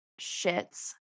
shits